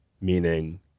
meaning